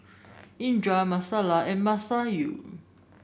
Indra Alyssa and Masayu